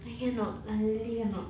I cannot I really cannot